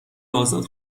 ازاد